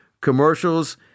commercials